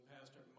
Pastor